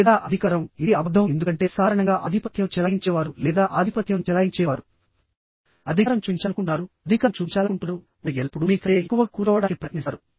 లేదా అధికారంఇది అబద్ధం ఎందుకంటే సాధారణంగా ఆధిపత్యం చెలాయించేవారు లేదా ఆధిపత్యం చెలాయించేవారు అధికారం చూపించాలనుకుంటున్నారుఅధికారం చూపించాలనుకుంటున్నారు వారు ఎల్లప్పుడూ మీ కంటే ఎక్కువగా కూర్చోవడానికి ప్రయత్నిస్తారు